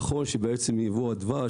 נכון שייבוא הדבש,